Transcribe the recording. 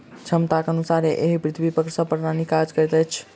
क्षमताक अनुसारे एहि पृथ्वीक सभ प्राणी काज करैत अछि